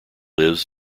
lives